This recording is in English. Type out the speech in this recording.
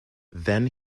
then